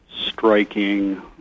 striking